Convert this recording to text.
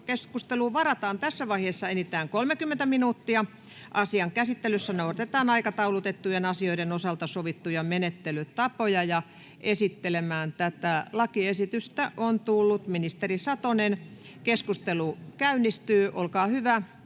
Lähetekeskusteluun varataan tässä vaiheessa enintään 30 minuuttia. Asian käsittelyssä noudatetaan aikataulutettujen asioiden osalta sovittuja menettelytapoja. — Esittelemään tätä lakiesitystä on tullut ministeri Satonen. Keskustelu käynnistyy, olkaa hyvä,